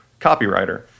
copywriter